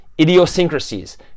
idiosyncrasies